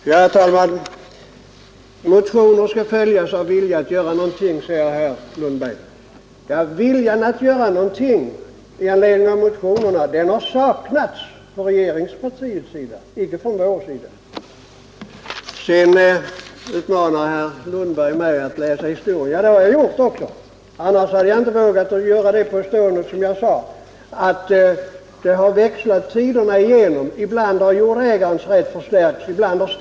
Herr talman! Motioner skall följas av vilja att göra någonting, säger herr Lundberg. Viljan att göra någonting med anledning av motionerna har saknats hos regeringspartiet, inte hos oss. Herr Lundberg uppmanar mig att läsa historia. Det har jag gjort. Annars hade jag inte vågat göra påståendet att det växlat tiderna igenom i fråga om ägandet av fyndigheter under mark; ibland har jordägarnas rätt förstärkts, ibland statens.